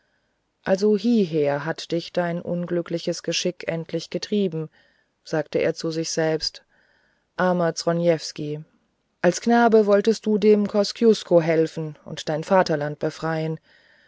also hieher hat dich dein unglückliches geschick endlich getrieben sagte er zu sich armer zronievsky als knabe wolltest du dem kosciusko helfen und dein vaterland befreien